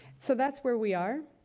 so, that's where we are